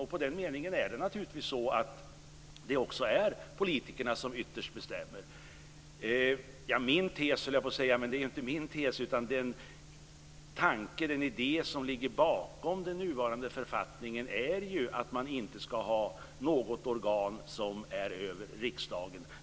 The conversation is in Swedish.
I den meningen är det naturligtvis så att det är politikerna som ytterst bestämmer. Den tanke eller idé som ligger bakom den nuvarande författningen - det är inte min tes - är att man inte ska ha något organ som står över riksdagen.